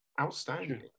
Outstanding